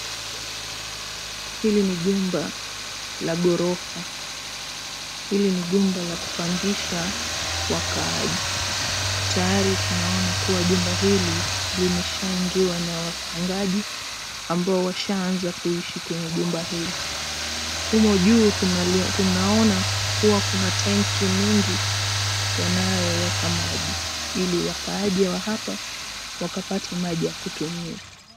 Hili ni jumba la gorofa. Hili ni jumba la kupangisha wakaaji. Tayari tunaona kuwa jumba hili limeshaingiwa na wapangaji, ambao washaanza kuishi kwenye jumba hili. Humo juu tunaona kua kuna tenki mengi yanayoweka maji, ili wakaaji wa hapa wakapate maji ya kutumia.